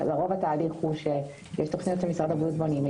לרוב התהליך הוא שיש תוכניות שמשרד הבריאות בונים,